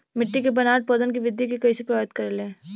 मिट्टी के बनावट पौधन के वृद्धि के कइसे प्रभावित करे ले?